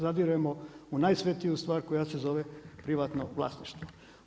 Zadiremo u najsvetiju stvar koja se zove privatno vlasništvo.